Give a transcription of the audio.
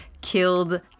Killed